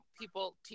people